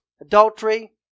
adultery